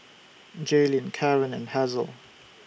Jaylin Karon and Hazle